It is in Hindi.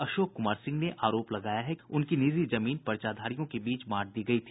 अशोक कुमार सिंह ने आरोप लगाया है कि उनकी निजी जमीन को पर्चाधारियों के बीच बांट दिया गया था